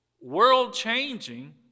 world-changing